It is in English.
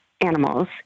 animals